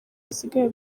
hagiye